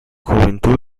juventud